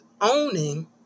owning